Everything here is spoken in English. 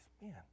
man